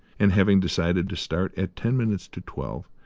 and, having decided to start at ten minutes to twelve,